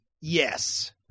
Yes